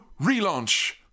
relaunch